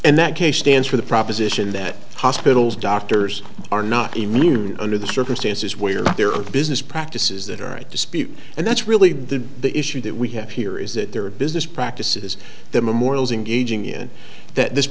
and that case stands for the proposition that hospitals doctors are not immune under the circumstances where there are business practices that are at dispute and that's really the issue that we have here is that there are business practices that memorial's engaging in that this